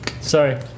Sorry